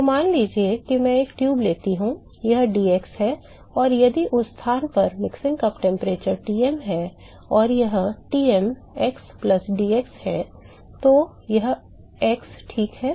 तो मान लीजिए कि मैं एक ट्यूब लेता हूं यह dx है और यदि उस स्थान पर मिक्सिंग कप का तापमान Tm है और यह ™ x dx है तो यह x है ठीक है